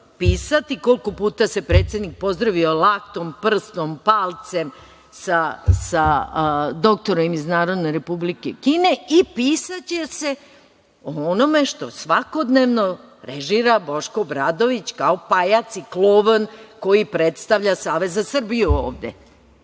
koliko puta se predsednik pozdravio laktom, prstom, palcem sa doktorima iz Narodne Republike Kine i pisaće se o onome što svakodnevno režira Boško Obradović kao pajac i klovn koji predstavlja Savez za Srbiju ovde.